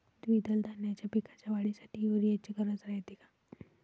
द्विदल धान्याच्या पिकाच्या वाढीसाठी यूरिया ची गरज रायते का?